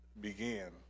began